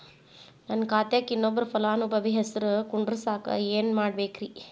ನನ್ನ ಖಾತೆಕ್ ಇನ್ನೊಬ್ಬ ಫಲಾನುಭವಿ ಹೆಸರು ಕುಂಡರಸಾಕ ಏನ್ ಮಾಡ್ಬೇಕ್ರಿ?